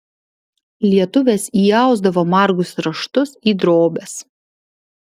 lietuvės įausdavo margus raštus į drobes